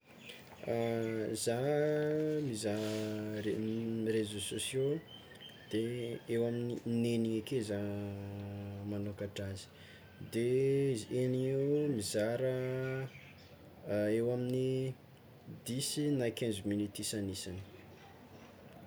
Zah mizaha reseau sociaux eo amin'ny in'eniny ake zah magnôkatra azy de izy eniny io mizara eo amin'ny dix na quize minute isan'isany.